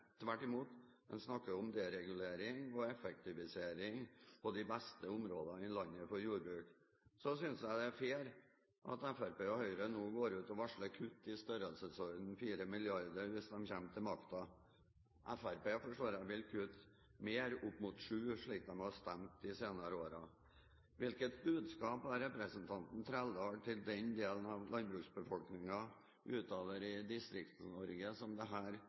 tvert imot. Man snakker om deregulering og effektivisering av de beste områdene i landet for jordbruk. Så synes jeg det er fair at Fremskrittspartiet og Høyre nå går ut og varsler kutt i størrelsesorden 4 mrd. kr hvis de kommer til makten. Fremskrittspartiet forstår jeg vil kutte mer – opp mot 7 mrd. kr – slik de har stemt de senere årene. Hvilket budskap har representanten Trældal til den delen av landbruksbefolkningen ute i Distrikts-Norge som